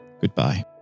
goodbye